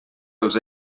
els